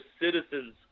citizens